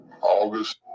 August